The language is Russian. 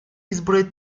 избрать